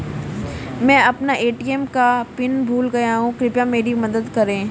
मैं अपना ए.टी.एम का पिन भूल गया हूं, कृपया मेरी मदद करें